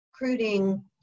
recruiting